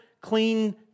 clean